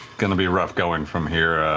going to be rough going from here,